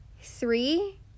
three